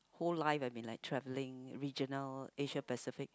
whole life I have been travelling regional Asia pacific